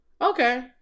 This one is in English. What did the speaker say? Okay